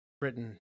Britain